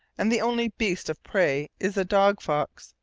and the only beast of prey is the dog-fox,